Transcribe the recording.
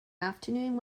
afternoon